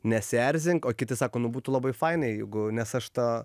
nesierzink o kiti sako nu būtų labai fainai jeigu nes aš tą